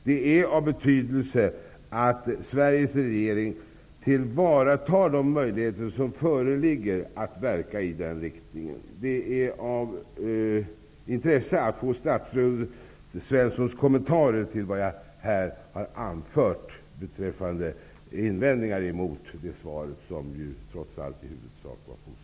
Det är av betydelse att Sveriges regering tillvaratar de möjligheter som föreligger för att verka i denna riktning. Det är dessutom av stort intresse att få statsrådet Svenssons kommentarer till de invändningar jag här har anfört till hans svar, som i huvudsak var positivt.